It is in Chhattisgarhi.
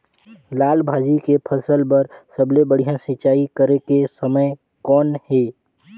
लाल भाजी के फसल बर सबले बढ़िया सिंचाई करे के समय कौन हे?